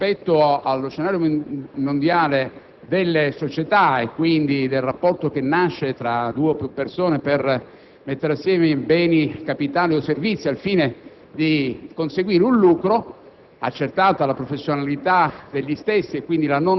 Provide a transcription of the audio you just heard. ricorderanno che, rispetto allo scenario mondiale delle società e quindi del rapporto che nasce tra due o più persone per mettere insieme beni, capitali o servizi al fine di conseguire un lucro,